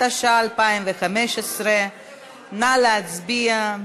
התשע"ה 2015. נא להצביע.